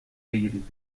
بگیرید